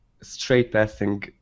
straight-passing